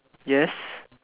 yes